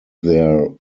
their